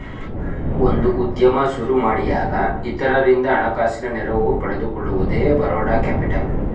ಒಂದು ಉದ್ಯಮ ಸುರುಮಾಡಿಯಾಗ ಇತರರಿಂದ ಹಣಕಾಸಿನ ನೆರವು ಪಡೆದುಕೊಳ್ಳುವುದೇ ಬರೋಡ ಕ್ಯಾಪಿಟಲ್